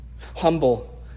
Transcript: humble